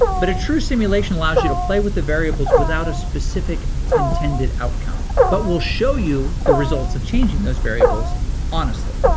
but a true simulation allows you to play with the variables without a specific intended outcome, but will show you the results of changing those variables honestly.